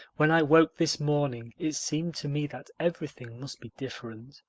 when i woke this morning it seemed to me that everything must be different.